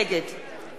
נגד רוני בר-און,